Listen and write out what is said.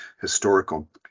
historical